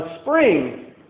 spring